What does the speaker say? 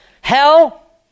Hell